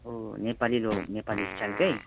ओ नेपाली लो नेपाली स्टाइलकै